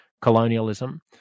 colonialism